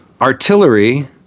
artillery